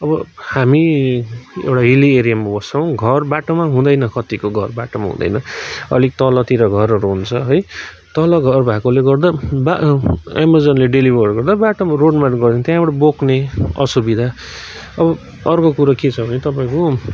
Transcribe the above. अब हामी एउटा हिल्ली एरियामा बस्छौँ घर बाटोमा हुँदैन कतिको घर बाटोमा हुँदैन अलिक तलतिर घरहरू हुन्छ है तल घर भएकोले गर्दा बा एमाजोनले डेलिभरहरू गर्दा बाटोमा रोडमा गर्छ त्यहाँबाट बोक्ने असुविधा अब अर्को कुरो के छ भने तपाईँको